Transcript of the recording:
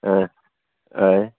आं हय